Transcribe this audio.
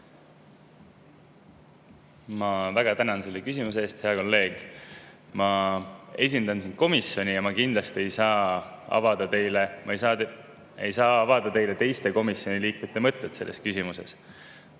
Ma väga tänan selle küsimuse eest, hea kolleeg. Ma esindan siin komisjoni, aga ma kindlasti ei saa avada teile teiste komisjoni liikmete mõtteid selles küsimuses.